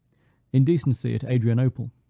indecency at adrianople.